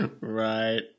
Right